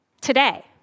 today